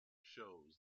shows